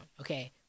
Okay